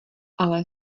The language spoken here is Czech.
ale